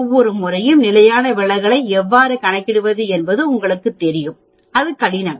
ஒவ்வொரு முறையும் நிலையான விலகலை எவ்வாறு கணக்கிடுவது என்பது உங்களுக்குத் தெரியும் அது கடினம்